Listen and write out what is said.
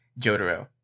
Jotaro